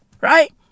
Right